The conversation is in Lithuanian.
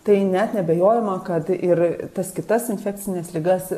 tai net neabejojama kad ir tas kitas infekcines ligas